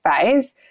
phase